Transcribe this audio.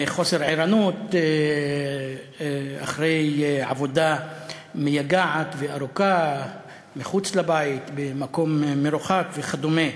חוסר ערנות אחרי עבודה מייגעת וארוכה מחוץ לבית במקום מרוחק וכדומה.